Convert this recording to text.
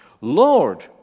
Lord